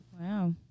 Wow